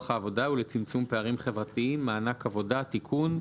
העבודה ולצמצום פערים חברתיים (מענק עבודה) (תיקון,